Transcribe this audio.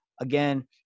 Again